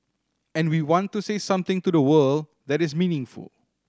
and we want to say something to the world that is meaningful